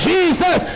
Jesus